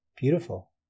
beautiful